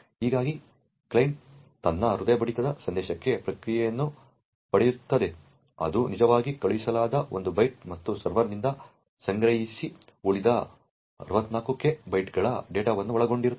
ಹೀಗಾಗಿ ಕ್ಲೈಂಟ್ ತನ್ನ ಹೃದಯ ಬಡಿತದ ಸಂದೇಶಕ್ಕೆ ಪ್ರತಿಕ್ರಿಯೆಯನ್ನು ಪಡೆಯುತ್ತದೆ ಅದು ನಿಜವಾಗಿ ಕಳುಹಿಸಲಾದ ಒಂದು ಬೈಟ್ ಮತ್ತು ಸರ್ವರ್ನಿಂದ ಸಂಗ್ರಹಿಸಿದ ಉಳಿದ 64K ಬೈಟ್ಗಳ ಡೇಟಾವನ್ನು ಒಳಗೊಂಡಿರುತ್ತದೆ